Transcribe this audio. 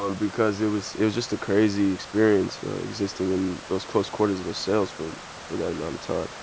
um because it was it was just a crazy experience existing in those close quarters of those cells for for that amount of time.